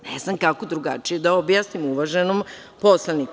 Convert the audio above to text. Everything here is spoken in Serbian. Ne znam kako drugačije da objasnim, uvaženom poslaniku.